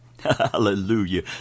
hallelujah